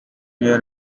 near